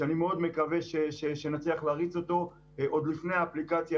שאני מאוד מקווה שנצליח להריץ אותו עוד לפני האפליקציה